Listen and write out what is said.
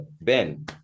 ben